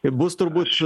bus turbūt